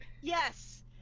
Yes